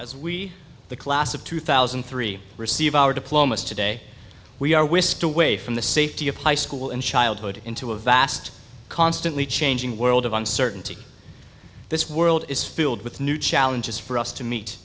the class of two thousand and three receive our diplomas today we are whisked away from the safety of high school and childhood into a vast constantly changing world of uncertainty this world is filled with new challenges for us to meet